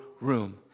room